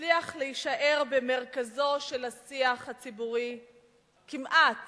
הצליח להישאר במרכזו של השיח הציבורי כמעט